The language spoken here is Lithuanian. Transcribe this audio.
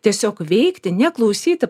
tiesiog veikti neklausyti